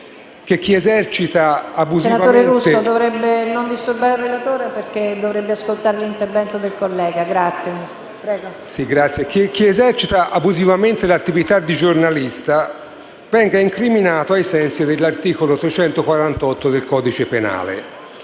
chi esercita abusivamente l'attività di giornalista venga incriminato ai sensi dell'articolo 348 del codice penale.